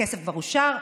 הכסף כבר אושר,